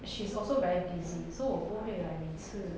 she is also very busy so 我不会 like 每次